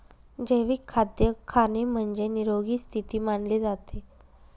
जैविक खाद्य खाणे म्हणजे, निरोगी स्थिती मानले जाते